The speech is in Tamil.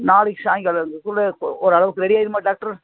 நாளைக்கு சாய்ங்காலத்துக்குள்ளே ஓ ஓரளவுக்கு சரியாகிடுமா டாக்ட்ரு